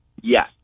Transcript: Yes